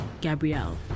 Gabrielle